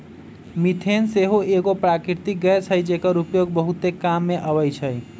methane सेहो एगो प्राकृतिक गैस हई जेकर उपयोग बहुते काम मे अबइ छइ